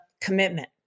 commitment